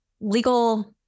legal